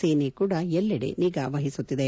ಸೇನೆ ಕೂಡ ಎಲ್ಲಡೆ ನಿಗಾ ವಹಿಸುತ್ತಿದೆ